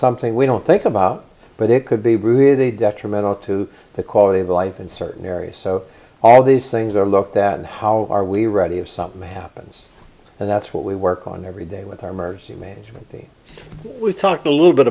something we don't think about but it could be really detrimental to the quality of life in certain areas so all these things are looked at and how are we ready of something happens and that's what we work on every day with our mercy management team we talked a little bit